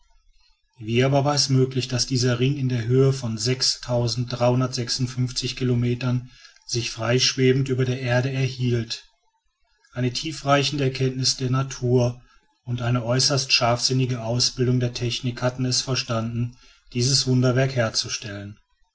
wie aber war es möglich daß dieser ring in der höhe von kilometern sich freischwebend über der erde erhielt eine tiefreichende erkenntnis der natur und eine äußerst scharfsinnige ausbildung der technik hatten es verstanden dieses wunderwerk herzustellen